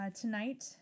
Tonight